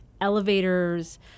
elevators